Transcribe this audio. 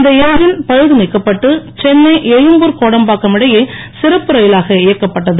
இந்த எஞ்சின் பழுது நீக்கப்பட்டு சென்னை எழும்பூர் கோடம்பாக்கம் இடையே சிறப்பு ரயிலாக இயக்கப்பட்டது